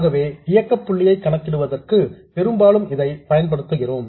ஆகவே இயக்கப் புள்ளியை கணக்கிடுவதற்கு பெரும்பாலும் இதை பயன்படுத்துகிறோம்